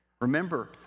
Remember